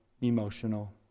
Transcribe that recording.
emotional